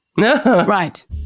Right